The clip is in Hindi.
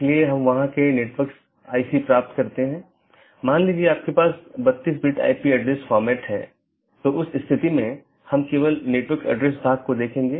इसलिए अगर हम फिर से इस आंकड़े पर वापस आते हैं तो यह दो BGP स्पीकर या दो राउटर हैं जो इस विशेष ऑटॉनमस सिस्टमों के भीतर राउटरों की संख्या हो सकती है